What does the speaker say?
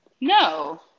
No